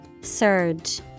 surge